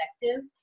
effective